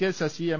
K Sasi M